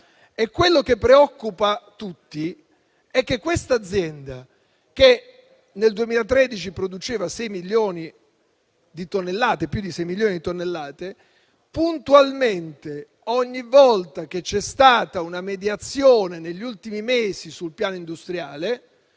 E quello che preoccupa tutti è che questa azienda, che nel 2013 produceva più di sei milioni di tonnellate, puntualmente, ogni volta che c'è stata una mediazione negli ultimi mesi sul piano industriale,